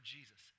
Jesus